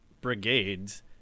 brigades